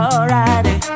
Alrighty